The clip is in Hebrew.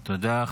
תודה.